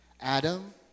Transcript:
Adam